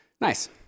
Nice